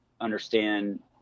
understand